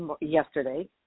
yesterday